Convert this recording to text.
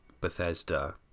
Bethesda